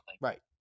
Right